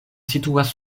situas